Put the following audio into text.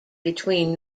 between